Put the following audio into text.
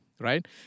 right